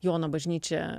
jono bažnyčią